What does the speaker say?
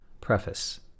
Preface